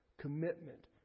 commitment